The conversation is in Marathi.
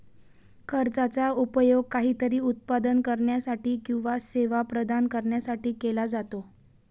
खर्चाचा उपयोग काहीतरी उत्पादन करण्यासाठी किंवा सेवा प्रदान करण्यासाठी केला जातो